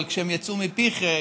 אבל כשהם יצאו מפיך,